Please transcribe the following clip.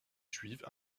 juive